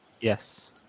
Yes